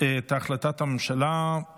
חוק לתיקון